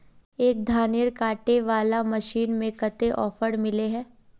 एक धानेर कांटे वाला मशीन में कते ऑफर मिले है?